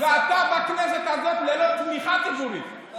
אתה בכנסת הזאת ללא תמיכה ציבורית,